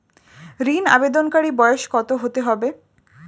ঋন আবেদনকারী বয়স কত হতে হবে?